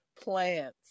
plants